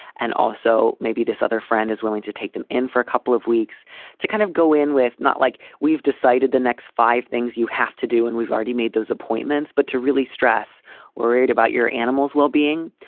and also maybe this other friend is willing to take them in for a couple of weeks to kind of go in with not like we've decided the next five things you have to do and we've already made those appointments. but to really stress worried about your animal's well-being,